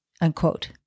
unquote